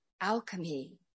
alchemy